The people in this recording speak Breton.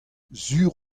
sur